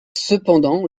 cependant